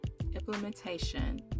implementation